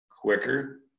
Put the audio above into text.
quicker